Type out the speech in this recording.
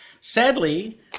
Sadly